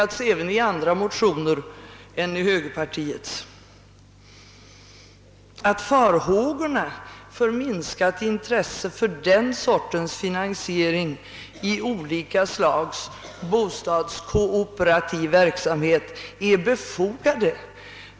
Det har även i andra motioner än i högerpartiets påpekats att farhågorna för minskat intresse för den sortens finansiering av olika slags bostadskooperativ verksamhet är befogade.